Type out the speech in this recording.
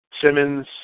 Simmons